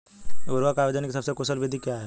उर्वरक आवेदन की सबसे कुशल विधि क्या है?